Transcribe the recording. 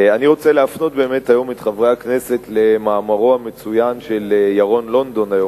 אני רוצה להפנות באמת את חברי הכנסת למאמרו המצוין של ירון לונדון היום,